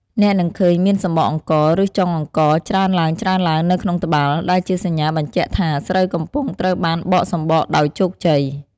អ្នកនឹងឃើញមានសម្បកអង្ករ (ឬចុងអង្ករ) ច្រើនឡើងៗនៅក្នុងត្បាល់ ដែលជាសញ្ញាបញ្ជាក់ថាស្រូវកំពុងត្រូវបានបកសម្បកដោយជោគជ័យ។